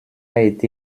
été